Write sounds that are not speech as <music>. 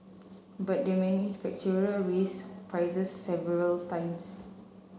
but the manufacturer <unintelligible> raised prices several times